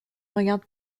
regarde